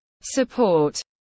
Support